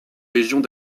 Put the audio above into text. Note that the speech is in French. régions